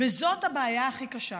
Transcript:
וזו הבעיה הכי קשה.